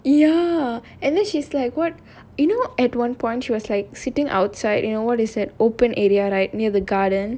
ya and then she's like what you know at one point she was like sitting outside you know what is it open area right near the garden